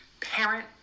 parent